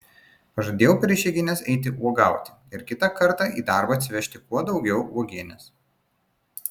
pažadėjau per išeigines eiti uogauti ir kitą kartą į darbą atsivežti kuo daugiau uogienės